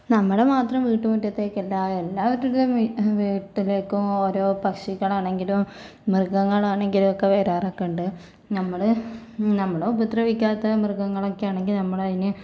നമ്മുടെ മാത്രം വീട്ടുമുറ്റത്തേക്ക് എല്ലാ എല്ലാവരുടെ വീട്ടിലേക്കും ഓരോ പക്ഷികളാണെങ്കിലും മൃഗങ്ങളാണെങ്കിലൊക്കെ വരാറൊക്കെ ഉണ്ട് നമ്മള് നമ്മളെ ഉപദ്രവിക്കാത്ത മൃഗങ്ങളൊക്കെ ആണെങ്കിൽ നമ്മളതിനെ